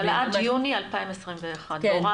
אבל עד יוני 2021. זו הוראת שעה.